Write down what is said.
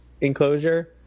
enclosure